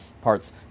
parts